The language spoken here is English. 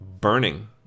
Burning